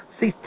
See